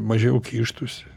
mažiau kištųsi